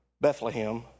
Bethlehem